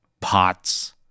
Pots